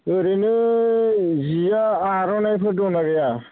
ओरैनो जिया आर'नाइफोर दंना गैया